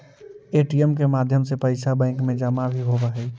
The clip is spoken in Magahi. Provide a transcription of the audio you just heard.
ए.टी.एम के माध्यम से पैइसा बैंक में जमा भी होवऽ हइ